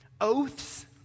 oaths